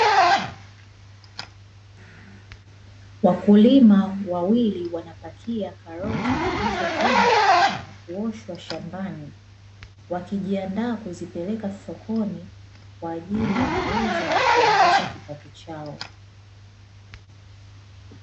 Wakulima wawili wanapakia karoti zilizovunwa na kuoshwa shambani wakijiandaa kuzipeleka sokoni kwa ajili ya mauzo na kuongeza kipato chao.